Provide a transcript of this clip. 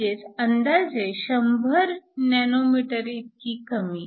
म्हणजेच अंदाजे 100 nm इतकी कमी